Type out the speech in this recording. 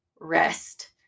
rest